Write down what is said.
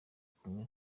kumwe